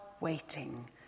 waiting